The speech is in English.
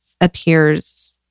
appears